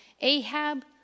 Ahab